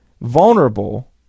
vulnerable